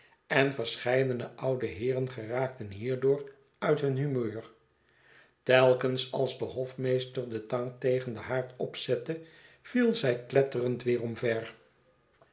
en verscheidene oude heeren geraakte n hierdoor uit hiin humeur telkens als de hofmeester de tang tegen den haard opzette viel zij kletterend weer omver